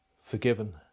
forgiven